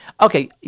Okay